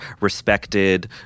respected